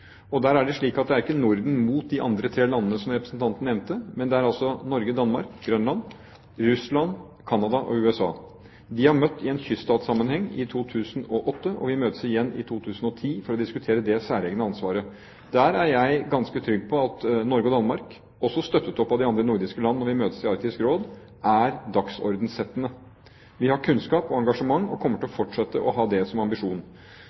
ikke Norden mot de andre tre landene som representanten nevnte, men det er Norge, Danmark, Grønland, Russland, Canada og USA. De har møttes i kyststatsammenheng i 2008, og vil møtes igjen i 2010 for å diskutere det særegne ansvaret. Der er jeg ganske trygg på at Norge og Danmark, også støttet opp av de andre nordiske landene når vi møtes i Arktisk Råd, vil sette dagsorden. Vi har kunnskap og engasjement, og kommer til å fortsette å ha det som ambisjon.